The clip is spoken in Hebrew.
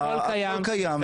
הכול קיים.